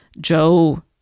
joe